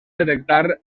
detectar